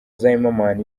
zimmerman